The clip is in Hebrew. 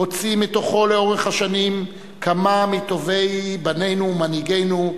הוציא מתוכו לאורך השנים כמה מטובי בנינו ומנהיגינו,